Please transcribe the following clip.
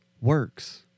works